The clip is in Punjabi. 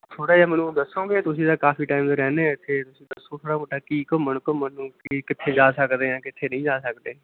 ਥੋੜ੍ਹਾ ਜਿਹਾ ਮੈਨੂੰ ਦੱਸੋਂਗੇ ਤੁਸੀਂ ਤਾਂ ਕਾਫ਼ੀ ਟਾਈਮ ਦੇ ਰਹਿੰਦੇ ਆ ਇੱਥੇ ਤੁਸੀਂ ਦੱਸੋ ਥੋੜ੍ਹਾ ਬਹੁਤਾ ਕੀ ਘੁੰਮਣ ਘੁੰਮਣ ਨੂੰ ਕੀ ਕਿੱਥੇ ਜਾ ਸਕਦੇ ਹਾਂ ਕਿੱਥੇ ਨਹੀਂ ਜਾ ਸਕਦੇ